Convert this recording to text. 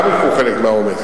גם ייקחו חלק מהעומס.